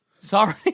Sorry